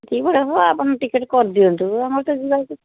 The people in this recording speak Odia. ଯେତିକି ଭଡ଼ା ଆପଣ ଟିକେଟ୍ କରିଦିଅନ୍ତୁ ଆମର ତ ଯିବାକୁ